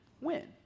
win